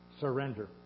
Surrender